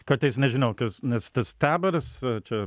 kartais nežinau kas nes tas taboras čia